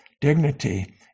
dignity